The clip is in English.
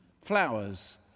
flowers